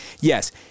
yes